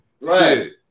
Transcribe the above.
Right